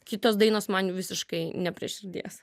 kitos dainos man visiškai ne prie širdies